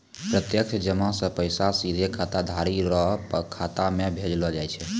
प्रत्यक्ष जमा से पैसा सीधे खाताधारी रो खाता मे भेजलो जाय छै